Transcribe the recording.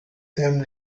them